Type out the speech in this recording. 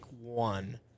one